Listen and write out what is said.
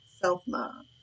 self-love